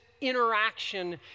interaction